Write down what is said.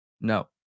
no